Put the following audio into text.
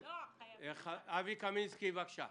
בסופו של דבר שיימינג ברשתות חברתיות זה באחריותנו.